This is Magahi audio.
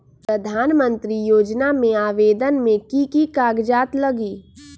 प्रधानमंत्री योजना में आवेदन मे की की कागज़ात लगी?